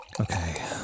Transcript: Okay